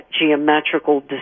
geometrical